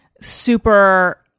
super